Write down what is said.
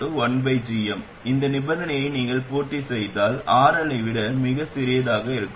மேலும் Rin infinity மற்றும் Rout 1gm இந்த நிபந்தனையை நீங்கள் பூர்த்தி செய்தால் அது RL ஐ விட மிகச் சிறியதாக இருக்கும்